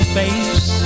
face